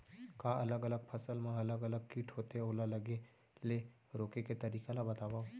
का अलग अलग फसल मा अलग अलग किट होथे, ओला लगे ले रोके के तरीका ला बतावव?